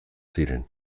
ziren